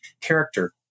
character